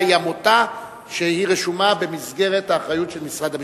היא עמותה שרשומה במסגרת האחריות של משרד המשפטים.